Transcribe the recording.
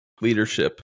leadership